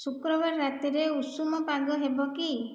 ଶୁକ୍ରବାର ରାତିରେ ଉଷୁମ ପାଗ ହେବ କି